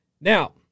Now